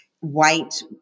white